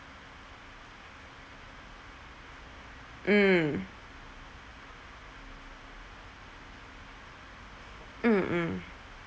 mm mm mm